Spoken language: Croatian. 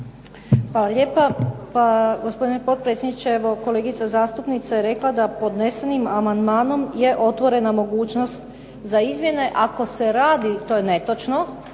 Hvala lijepo. Pa gospodine potpredsjedniče, kolegica zastupnica je rekla da podnesenim amandmanom je otvorena mogućnost za izmjene ako se radi, to je netočno.